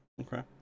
Okay